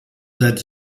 that